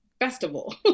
festival